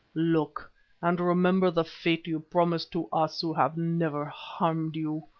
look and remember the fate you promised to us who have never harmed you.